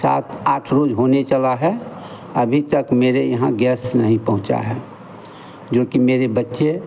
सात आठ रोज़ होने चला है अभी तक मेरे यहाँ गैस नहीं पहुँचा है जोकि मेरे बच्चे